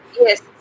Yes